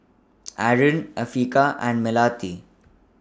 Aaron Afiqah and Melati